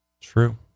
True